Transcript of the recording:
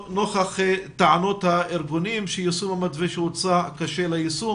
נוכח טענות הארגונים וההורים שיישום המתווה שהוצע קשה ליישום,